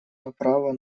направо